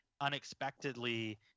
unexpectedly